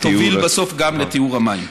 תוביל בסוף גם לטיהור המים.